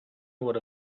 would